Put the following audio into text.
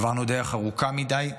עברנו דרך ארוכה מדי,